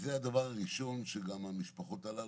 זה הדבר הראשון שגם המשפחות הללו,